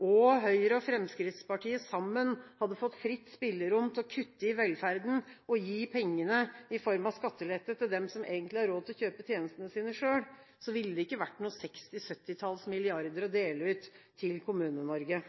og Høyre og Fremskrittspartiet sammen hadde fått fritt spillerom til å kutte i velferden og gi pengene i form av skattelette til dem som egentlig har råd til kjøpe tjenestene sine selv, ville det ikke vært noen 60–70-talls milliarder å dele ut til Kommune-Norge.